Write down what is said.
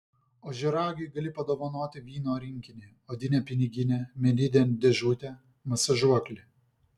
ožiaragiui gali padovanoti vyno rinkinį odinę piniginę medinę dėžutę masažuoklį